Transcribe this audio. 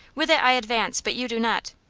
with it i advance, but you do not.